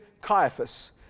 Caiaphas